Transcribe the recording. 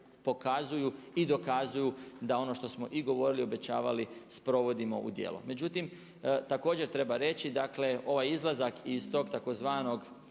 pokazuju i dokazuju da ono što smo i govorili, obećavali sprovodimo u djelo. Međutim, također treba reći, dakle ovaj izlazak iz tog tzv.